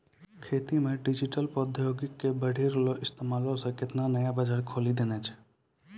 खेती मे डिजिटल प्रौद्योगिकी के बढ़ि रहलो इस्तेमालो से केतना नयका बजार खोलि देने छै